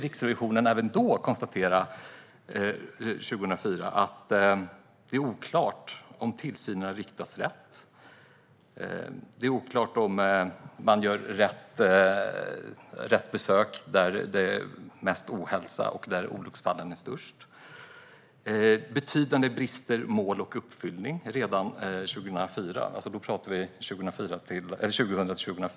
Riksrevisionen kunde redan 2004 konstatera att det var oklart om tillsynen hade riktats rätt och om man gjort besök på rätt platser, där det fanns mest ohälsa och flest olycksfall. Redan 2000-2004 konstaterades betydande brister i mål och uppföljning.